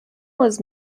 was